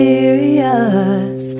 Serious